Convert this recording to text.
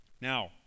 Now